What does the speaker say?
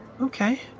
Okay